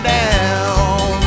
down